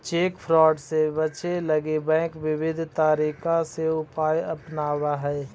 cheque fraud से बचे लगी बैंक विविध तरीका के उपाय अपनावऽ हइ